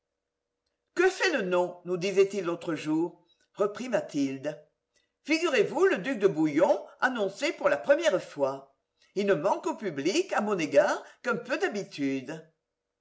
que fait le nom nous disait-il l'autre jour reprit mathilde figurez-vous le duc de bouillon annoncé pour la première fois il ne manque au public à mon égard qu'un peu d'habitude